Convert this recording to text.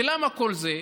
ולמה כל זה?